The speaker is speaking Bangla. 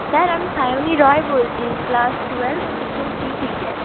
স্যার আমি সায়নী রায় বলছি ক্লাস টুয়েলভ সেকশন সি থেকে